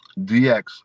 DX